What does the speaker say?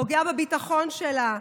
פוגע בביטחון שלה,